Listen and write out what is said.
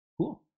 Cool